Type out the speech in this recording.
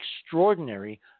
extraordinary